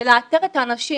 לאתר את האנשים